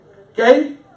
Okay